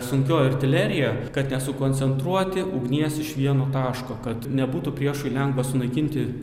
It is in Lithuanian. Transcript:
sunkioji artilerija kad nesukoncentruoti ugnies iš vieno taško kad nebūtų priešui lengva sunaikinti